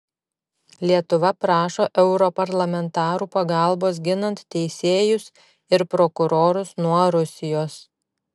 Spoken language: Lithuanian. lietuva prašo europarlamentarų pagalbos ginant teisėjus ir prokurorus nuo rusijos